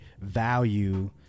value